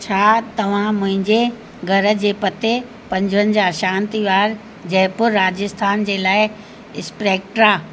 छा तव्हां मुंहिंजे घर जे पते पंजवंजाहु शांति विहार जयपुर राजस्थान जे लाइ स्प्रैक्ट्रा